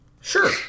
sure